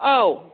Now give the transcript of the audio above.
औ